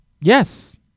Yes